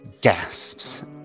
gasps